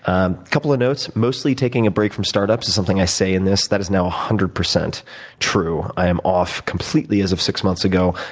a couple of notes, mostly taking a break from startups is something i say in this. that is now one hundred percent true. i am off completely, as of six months ago,